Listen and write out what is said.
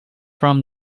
from